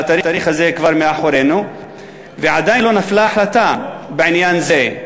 התאריך הזה כבר מאחורינו ועדיין לא נפלה החלטה בעניין זה,